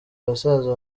basaza